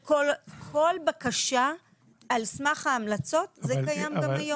כל בקשה על סמך ההמלצות זה קיים גם היום.